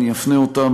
אני אפנה אותם,